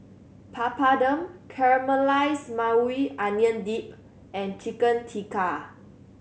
Papadum Caramelized Maui Onion Dip and Chicken Tikka